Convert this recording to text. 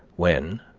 when,